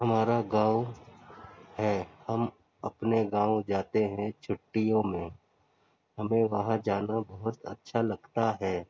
ہمارا گاؤں ہے ہم اپنے گاؤں جاتے ہیں چھٹیوں میں ہمیں وہاں جانا بہت اچھا لگتا ہے